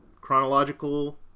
chronological